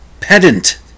pedant